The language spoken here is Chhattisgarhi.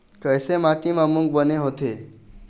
कइसे माटी म मूंग बने होथे?